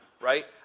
Right